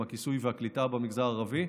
עם הכיסוי והקליטה במגזר הערבי.